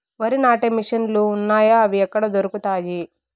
వరి నాటే మిషన్ ను లు వున్నాయా? అవి ఎక్కడ దొరుకుతాయి?